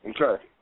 Okay